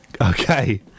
Okay